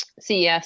CES